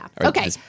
Okay